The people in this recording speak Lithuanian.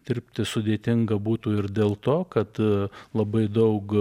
dirbti sudėtinga būtų ir dėl to kad labai daug